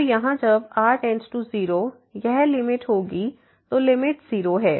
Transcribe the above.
तो यहाँ जब r→0 यह लिमिट होगी तो लिमिट 0 है